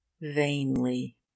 Vainly